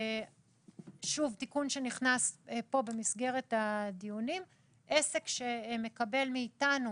תיקון שנכנס כאן במסגרת הדיונים הוא עסק שמקבל מאיתנו